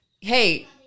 hey